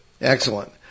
Excellent